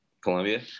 Columbia